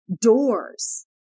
doors